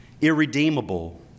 irredeemable